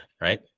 right